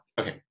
okay